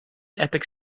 epic